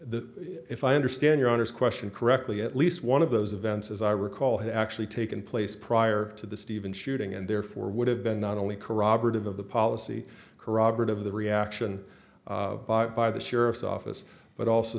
the if i understand your honour's question correctly at least one of those events as i recall had actually taken place prior to the stevens shooting and therefore would have been not only corroborative of the policy corroborative of the reaction by the sheriff's office but also